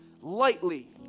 lightly